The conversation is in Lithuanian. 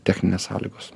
techninės sąlygos